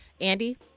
Andy